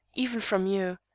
even from you.